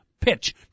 pitch